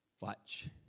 Watch